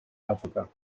africa